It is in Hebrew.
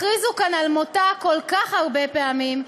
הכריזו כאן על מותה כל כך הרבה פעמים,